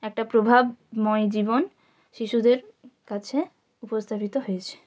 একটা প্রভাবময় জীবন শিশুদের কাছে উপস্থাপিত হয়েছে